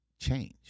change